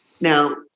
Now